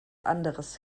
anderes